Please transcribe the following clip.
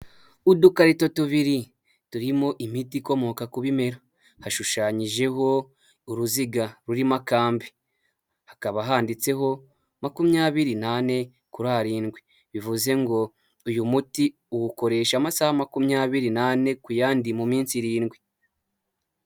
Udukarito tubiri turimo imiti ikomoka ku bimera hashushanyijeho uruziga rurimo akambi hakaba handitseho makumyabiri nane kuri arindwi, bivuze ngo uyu muti uwukoresha amasaha makumyabiri n'ane ku yandi mu minsi irindwi.